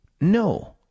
No